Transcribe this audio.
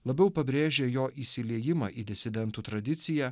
labiau pabrėžia jo įsiliejimą į disidentų tradiciją